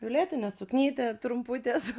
violetinė suknytė trumputės